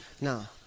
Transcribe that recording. Now